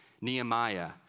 Nehemiah